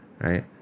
right